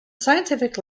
scientific